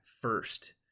first